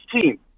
team